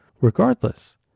Regardless